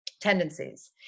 tendencies